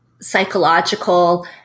psychological